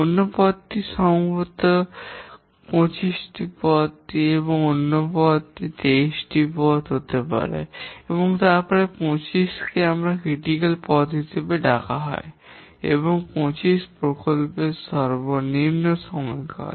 অন্য পথটি সম্ভবত 25 টি অন্য পাথ 23 হতে পারে তারপরে 25 কে সমালোচনামূলক পথ হিসাবে ডাকা হয় এবং 25 প্রকল্পের সর্বনিম্ন সময়কাল